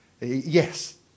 Yes